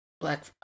Black